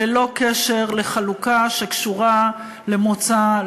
ללא קשר לחלוקה שקשורה למוצא,